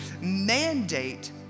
mandate